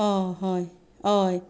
हय हय